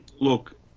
Look